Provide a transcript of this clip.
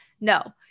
No